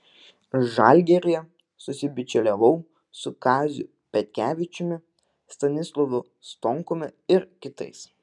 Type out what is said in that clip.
žalgiryje susibičiuliavau su kaziu petkevičiumi stanislovu stonkumi ir kitais